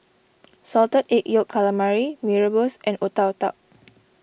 Salted Egg Yolk Calamari Mee Rebus and Otak Otak